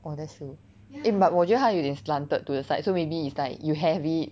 oh that's true eh but 我觉得它有点 slanted to the side so maybe is like you have it